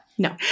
No